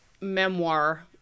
memoir